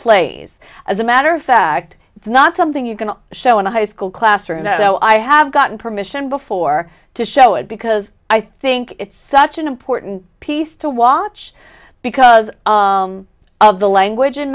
plays as a matter of fact it's not something you can show in a high school classroom so i have gotten permission before to show it because i think it's such an important piece to watch because of the language and